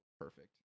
perfect